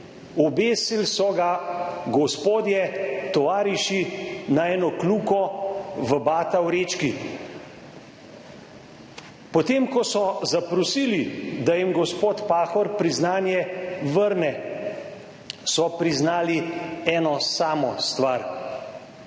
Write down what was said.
Obesili so ga gospodje tovariši na eno kljuko v Batini vrečki. Potem ko so zaprosili, da jim gospod Pahor priznanje vrne, so priznali eno samo stvar